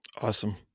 Awesome